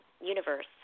universe